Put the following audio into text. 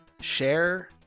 share